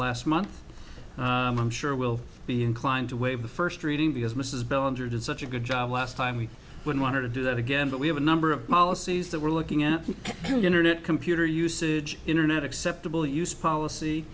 last month i'm sure will be inclined to waive the first reading because mrs bell injured such a good job last time we would want her to do that again but we have a number of policies that we're looking at internet computer usage internet acceptable use policy